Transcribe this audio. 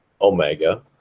Omega